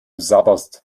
sabberst